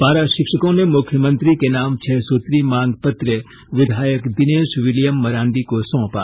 पारा शिक्षकों ने मुख्यमंत्री के नाम छह सूत्री मांग पत्र विधायक दिनेश विलियम मरांडी को सौंपा